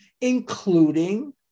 including